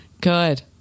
good